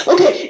Okay